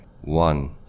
One